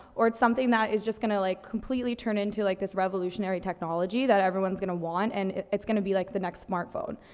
or it's something that is just gonna like completely turn into, like, this revolutionary technology that everyone's gonna want, and i it's gonna be like the next smartphone.